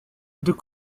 deux